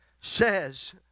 says